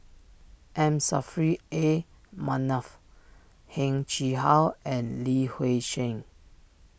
M Saffri A Manaf Heng Chee How and Li Hui Cheng